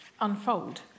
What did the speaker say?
unfold